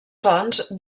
fonts